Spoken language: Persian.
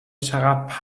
چقدر